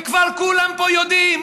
וכבר כולם פה יודעים,